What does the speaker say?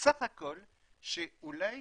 כמו שאמרתם,